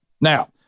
Now